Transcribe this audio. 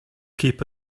keep